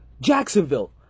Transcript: Jacksonville